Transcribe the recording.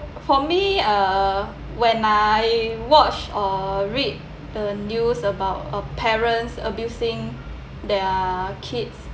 for me uh when I watch or read a news about uh parents abusing their kids